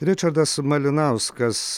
ričardas malinauskas